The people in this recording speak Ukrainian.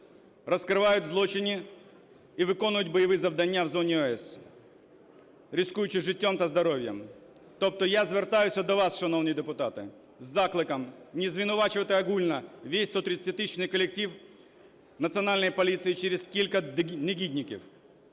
розкривають злочини і виконують бойові завдання в зоні ООС, ризикуючи життям та здоров'ям. Тобто я звертаюся до вас, шановні депутати, із закликом не звинувачувати огульно весь 130-тисячний колектив Національної поліції через кілька негідників.